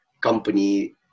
company